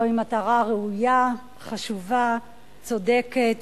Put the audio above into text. זוהי מטרה ראויה, חשובה, צודקת.